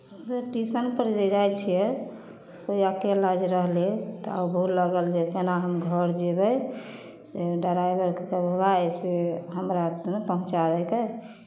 rail टीशनपर जे जाइ छियै तऽ अकेला जे रहलियै तऽ अबूह लागल जे केना हम घर जेबै से ड्राइभरकेँ कहबै बौआ अइसे हमरा तों पहुँचा दैके